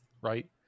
right